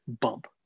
bump